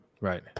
Right